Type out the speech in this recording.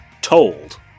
told